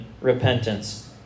repentance